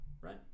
right